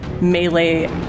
melee